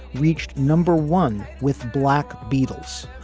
reached number one with black beatles.